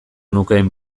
nukeen